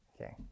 Okay